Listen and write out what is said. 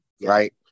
Right